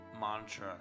mantra